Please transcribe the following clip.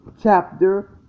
chapter